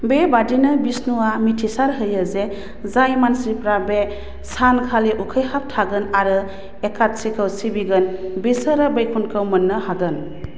बेबादिनो विष्णुआ मिथिसार होयो जे जाय मानसिफ्रा बे सान खालि उखैहाब थागोन आरो एकादशीखौ सिबिगोन बेसोरो वैकुंठखौ मोननो हागोन